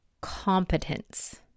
competence